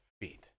feet